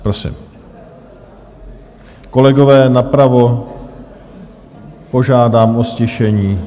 Prosím, kolegové napravo, požádám o ztišení.